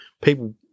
people